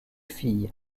filles